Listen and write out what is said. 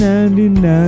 99